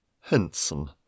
Henson